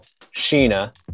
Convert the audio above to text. Sheena